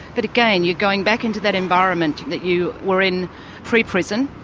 but again, you're going back into that environment that you were in pre-prison,